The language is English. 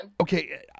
Okay